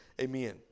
amen